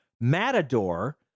Matador